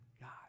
God